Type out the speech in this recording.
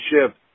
ship